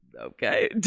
Okay